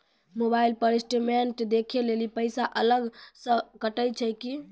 Mobile पर statement देखे लेली पैसा अलग से कतो छै की?